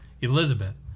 Elizabeth